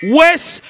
west